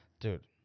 Dude